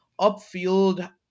upfield